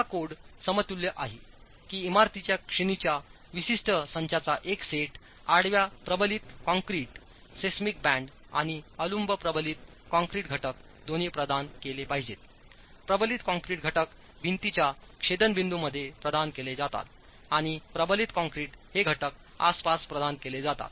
हा कोड समतुल्य आहे की इमारतींच्या श्रेणींच्या विशिष्ट संचाचा एक सेट आडव्या प्रबलित कंक्रीट सिस्मिक बँड आणि अनुलंब प्रबलित कंक्रीट घटक दोन्ही प्रदान केले पाहिजेत प्रबलित कंक्रीट घटक भिंतींच्या छेदनबिंदूमध्ये प्रदान केले जातात आणि प्रबलित काँक्रेटहे घटक आसपास प्रदान केले जातात